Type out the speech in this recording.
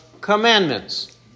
commandments